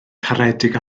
caredig